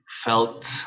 felt